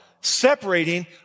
separating